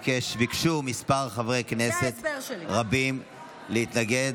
ביקשו חברי כנסת רבים להתנגד.